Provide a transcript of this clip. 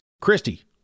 Christy